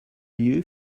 you